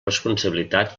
responsabilitat